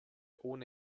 ohne